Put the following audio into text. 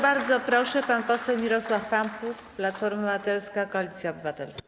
Bardzo proszę, pan poseł Mirosław Pampuch, Platforma Obywatelska - Koalicja Obywatelska.